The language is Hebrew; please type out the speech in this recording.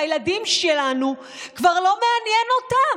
והילדים שלנו כבר לא מעניין אותם,